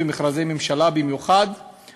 ומכרזי ממשלה במיוחד,